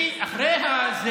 אחרי ההפיכה.